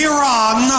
Iran